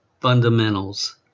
fundamentals